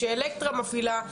שאלקטרה מפעילה,